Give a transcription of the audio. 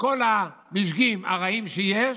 וכל המשגים הרעים שיש,